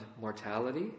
mortality